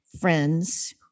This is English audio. friends